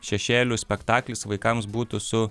šešėlių spektaklis vaikams būtų su